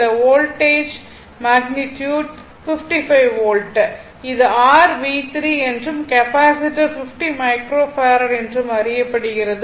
இந்த voltage magnitude 55 volt இது r V3 என்றும் கெப்பாசிட்டர் 50 மைக்ரோ ஃபராட் என்றும் அறியப்படுகிறது